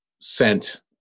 sent